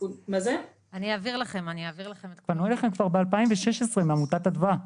פנו אליכם כבר בשנת 2016 מעמותת אדווה,